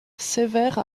sévère